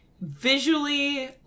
visually